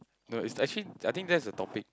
no it's actually I think that's the topic